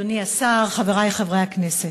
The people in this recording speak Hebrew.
אדוני השר, חברי חברי הכנסת,